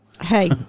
Hey